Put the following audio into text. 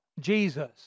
Jesus